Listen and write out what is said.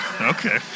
okay